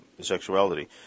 sexuality